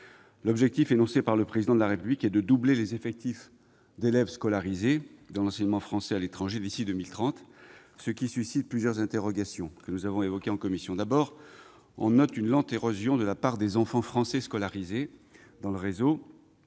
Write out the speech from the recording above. L'objectif énoncé par le Président de la République est de doubler les effectifs d'élèves scolarisés dans l'enseignement français à l'étranger d'ici à 2030, ce qui suscite plusieurs interrogations ; nous les avons évoquées en commission. « En premier lieu, on note une lente érosion de la part des enfants français scolarisés dans le réseau.